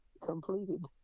completed